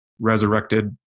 resurrected